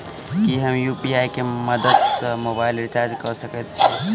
की हम यु.पी.आई केँ मदद सँ मोबाइल रीचार्ज कऽ सकैत छी?